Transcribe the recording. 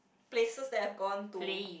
places that I've gone to